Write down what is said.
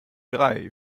drei